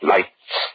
Lights